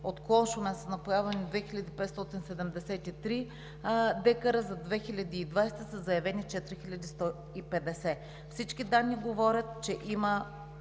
от клон Шумен са напоявани 2573 дка, за 2020-а са заявени 4150. Всички данни говорят, че има